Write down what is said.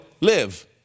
live